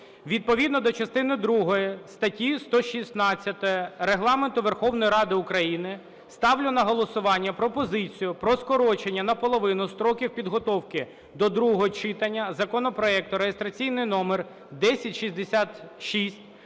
Відповідно до частини другої статті 116 Регламенту Верховної Ради України ставлю на голосування пропозицію про скорочення на половину строків підготовки до другого читання законопроекту (реєстраційний номер 1066)